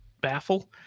baffle